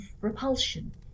repulsion